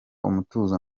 umutuzo